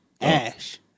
Ash